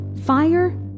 ...fire